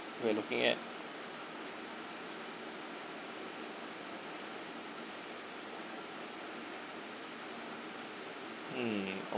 we are looking at